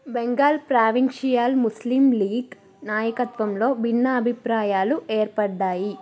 Bengal provincial Muslim league నాయకత్వంలో భిన్నాభిప్రాయలు ఏర్పడ్డాయి